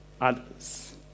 others